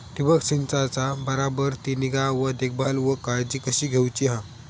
ठिबक संचाचा बराबर ती निगा व देखभाल व काळजी कशी घेऊची हा?